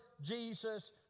Jesus